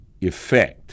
effect